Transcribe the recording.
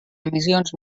emissions